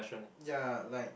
ya like